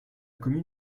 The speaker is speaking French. commune